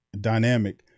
dynamic